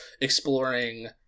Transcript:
exploring